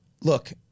Look